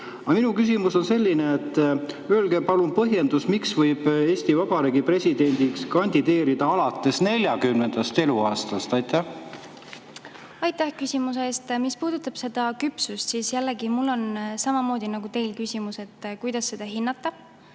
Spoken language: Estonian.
minu küsimus on selline. Öelge palun põhjendus, miks võib Eesti Vabariigi presidendiks kandideerida alates 40. eluaastast. Aitäh küsimuse eest! Mis puudutab küpsust, siis jällegi, mul on samamoodi küsimus nagu teil: kuidas seda hinnata?